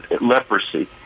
leprosy